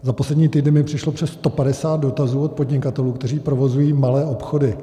Za poslední týden mi přišlo přes 150 dotazů od podnikatelů, kteří provozují malé obchody.